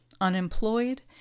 Unemployed